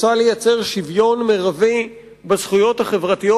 רוצה ליצור שוויון מרבי בזכויות החברתיות